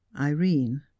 Irene